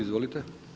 Izvolite!